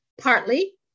Partly